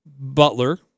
Butler